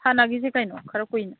ꯁꯥꯟꯅꯒꯤꯁꯤ ꯀꯩꯅꯣ ꯈꯔ ꯀꯨꯏꯅ